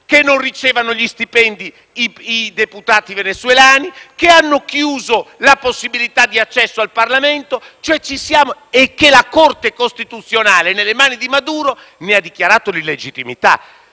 non ricevono gli stipendi, che hanno chiuso la possibilità di accesso al Parlamento e che la Corte costituzionale, nelle mani di Maduro, ne ha dichiarato l'illegittimità.